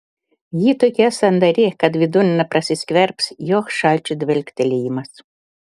ji tokia sandari kad vidun neprasiskverbs joks šalčio dvelktelėjimas